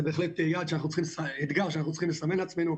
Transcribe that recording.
זה בהחלט אתגר שאנחנו צריכים לסמן לעצמנו.